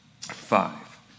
five